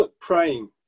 praying